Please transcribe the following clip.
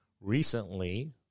recently